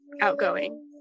outgoing